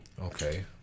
okay